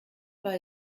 war